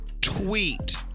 tweet